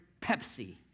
Pepsi